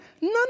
None